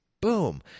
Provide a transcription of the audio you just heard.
boom